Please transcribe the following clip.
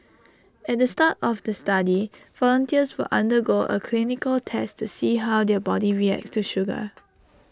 at the start of the study volunteers will undergo A clinical test to see how their body reacts to sugar